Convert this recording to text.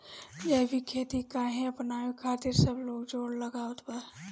जैविक खेती काहे अपनावे खातिर सब लोग जोड़ लगावत बा?